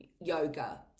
yoga